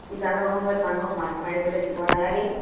উজানৰ সময়ত মানুহক মাছ মাৰিবলৈ দিব নালাগে